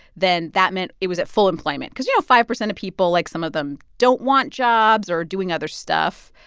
then that meant it was at full employment because, you know, five percent of people, like, some of them don't want jobs or are doing other stuff.